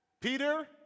Peter